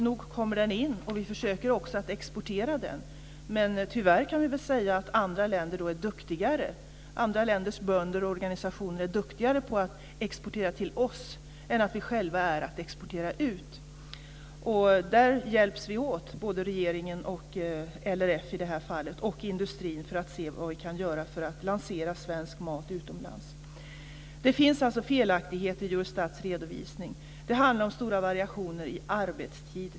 Nog kommer den in, och vi försöker också att exportera den. Men tyvärr kan vi säga att andra länders bönder och organisationer är duktigare på att exportera till oss än vi själva är att exportera ut. Där hjälps regeringen, LRF och industrin åt för att se vad vi kan göra för att lansera svensk mat utomlands. Det finns felaktigheter i Eurostats redovisning. Det handlar t.ex. om stora variationer i arbetstid.